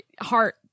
heart